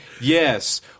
yes